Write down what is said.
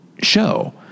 show